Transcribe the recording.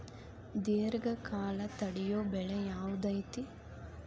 ದೇರ್ಘಕಾಲ ತಡಿಯೋ ಬೆಳೆ ಯಾವ್ದು ಐತಿ?